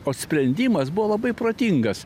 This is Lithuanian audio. o sprendimas buvo labai protingas